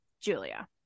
Julia